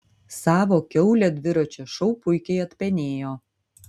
savo kiaulę dviračio šou puikiai atpenėjo